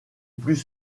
plus